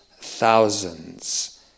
thousands